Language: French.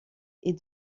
est